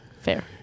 Fair